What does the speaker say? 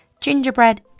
gingerbread